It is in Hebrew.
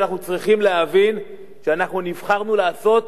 אומרים שאנחנו צריכים להבין שאנחנו נבחרנו לעשות